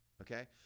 Okay